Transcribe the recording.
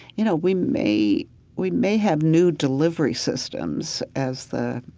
you know, we may we may have new delivery systems, as the